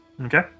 Okay